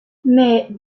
mais